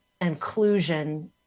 inclusion